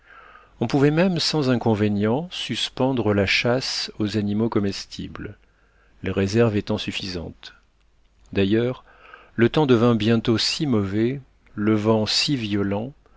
on pouvait même sans inconvénient suspendre la chasse aux animaux comestibles les réserves étant suffisantes d'ailleurs le temps devint bientôt si mauvais le vent si violent